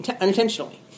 unintentionally